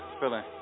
feeling